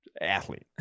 athlete